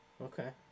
Okay